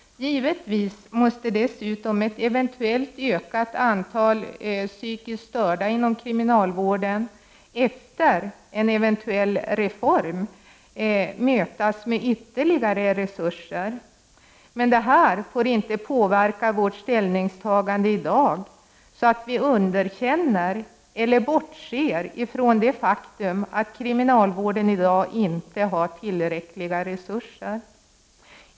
Ett eventuellt ökat antal psy kiskt störda inom kriminalvården måste givetvis efter en reform dessutom mötas med ytterligare resurser, men detta får inte påverka vårt ställningsta gande i dag, så att vi underkänner eller bortser från det faktum att kriminal vården inte har tillräckliga resurser.